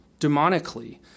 demonically